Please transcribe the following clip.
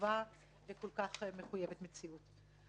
חשובה וכל כך מחויבת מציאות.